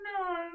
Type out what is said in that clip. no